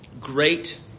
great